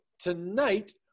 Tonight